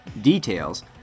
details